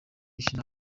inama